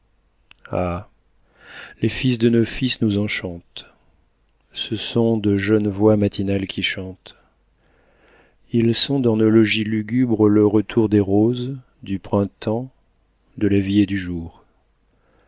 ah les fils de nos fils nous enchantent ce sont de jeunes voix matinales qui chantent ils sont dans nos logis lugubres le retour des roses du printemps de la vie et du jour